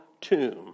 tomb